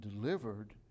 delivered